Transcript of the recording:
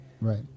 Right